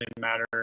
matter